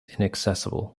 inaccessible